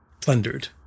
plundered